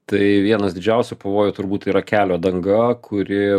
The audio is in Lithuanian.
tai vienas didžiausių pavojų turbūt yra kelio danga kuri